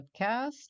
podcast